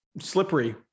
slippery